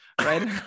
Right